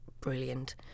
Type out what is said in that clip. brilliant